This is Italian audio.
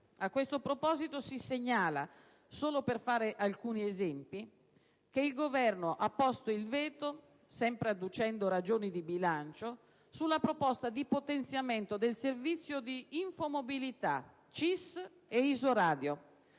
A tale proposito si segnala, solo per fare alcuni esempi, che il Governo ha posto il veto, sempre adducendo ragioni di bilancio, sulla proposta di potenziamento del servizio di infomobilità CCISS e Isoradio